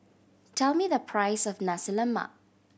tell me the price of Nasi Lemak